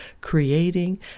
creating